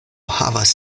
havas